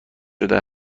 شده